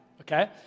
okay